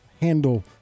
handle